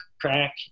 crack